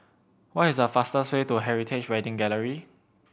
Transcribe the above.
what is the fastest way to Heritage Wedding Gallery